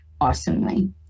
awesomely